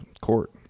court